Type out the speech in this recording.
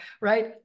right